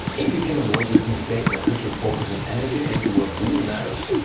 if you can avoid this mistake and put your focus and energy into what really matters,